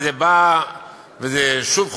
וזה שוב,